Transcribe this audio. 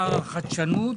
אני מקדם בברכה את שר החדשנות,